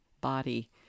body